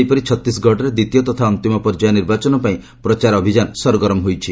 ସେହିପରି ଛତିଶଗଡରେ ଦ୍ୱିତୀୟ ତଥା ଅନ୍ତିମ ପର୍ଯ୍ୟାୟ ନିର୍ବାଚନ ପାଇଁ ପ୍ରଚାର ଅଭିଯାନ ସରଗରମ ହୋଇଛି